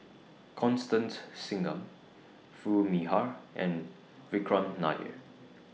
Constance Singam Foo Mee Har and Vikram Nair